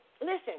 listen